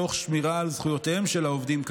תוך שמירה על זכויותיהם של העובדים,